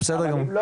זה בסדר גמור.